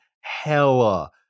hella